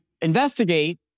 investigate